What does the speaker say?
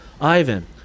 ivan